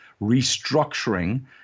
restructuring